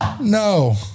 no